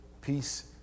peace